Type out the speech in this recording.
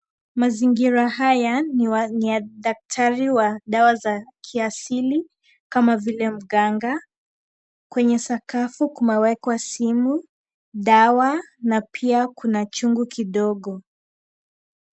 Mazingira haya ni ya daktari wa dawa za kiasili kama vile mganga, kwenye sakafu kumewekwa simu dawa na pia kuna chungu kidogo.